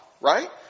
right